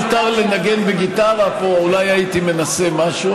אם היה מותר לנגן בגיטרה פה אולי הייתי מנסה משהו,